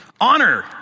Honor